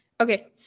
Okay